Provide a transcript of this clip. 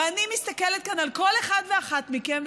ואני מסתכלת כאן על כל אחד ואחת מכם,